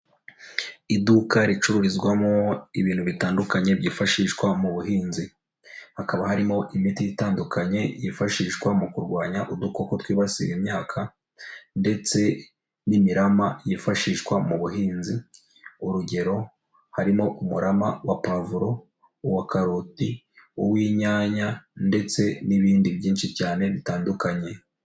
Iduka ricururizwamo ibintu bitandukanye byifashishwa mu buhinzi, hakaba harimo imiti itandukanye yifashishwa mu kurwanya udukoko twibasiye imyaka, ndetse n'imirama yifashishwa mu buhinzi. Urugero: harimo umurama wa pavuro, uwa karoti, uw'inyanya ndetse n'ibindi byinshi cyane bitandukanye.